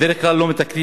בדרך כלל לא מתקנים,